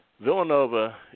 Villanova